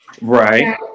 right